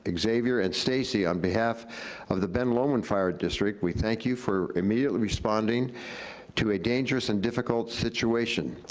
ah xavier, and stacy on behalf of the ben lomond fire district, we thank you for immediately responding to a dangerous and difficult situation.